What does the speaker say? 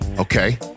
Okay